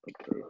Okay